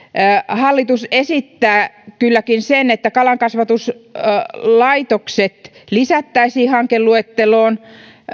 hallitus esittää kylläkin että kalankasvatuslaitokset lisättäisiin hankeluetteloon